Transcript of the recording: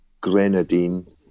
grenadine